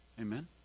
Amen